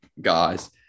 guys